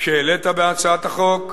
שהעלית בהצעת החוק.